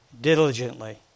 diligently